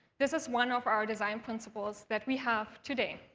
this is one of our design principles that we have today.